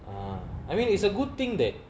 ah I mean it's a good thing that